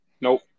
Nope